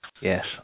Yes